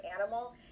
animal